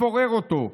לפורר אותו,